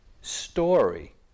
story